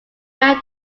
melt